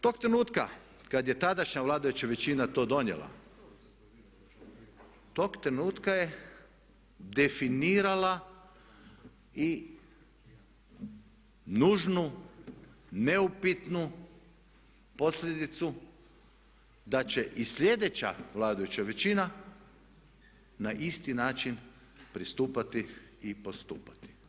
Tog trenutka kad je tadašnja vladajuća većina to donijela tog trenutka je definirala i nužnu neupitnu posljedicu da će i sljedeća vladajuća većina na isti način pristupati i postupati.